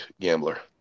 gambler